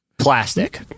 Plastic